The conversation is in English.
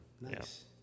Nice